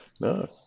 No